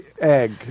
egg